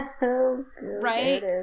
Right